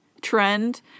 trend